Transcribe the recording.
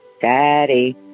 Daddy